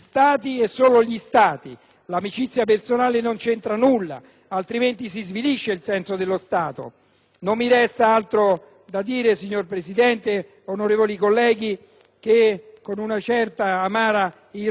Non mi resta altro da dire, signora Presidente, onorevoli colleghi, se non, con una certa amara ironia, che, a seguito della ratifica di questo accordo, i giornali potrebbero titolare le prime pagine di domani mattina,